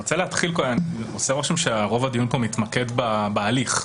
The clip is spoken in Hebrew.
עושה רושם שרוב הדיון פה מתמקד בהליך: